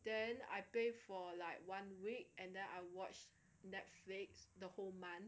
then I play for like one week and then I watch Netflix the whole month